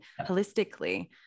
holistically